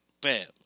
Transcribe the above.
Bam